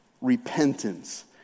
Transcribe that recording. repentance